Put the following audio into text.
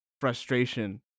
frustration